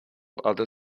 other